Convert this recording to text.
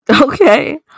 Okay